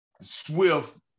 Swift